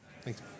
Thanks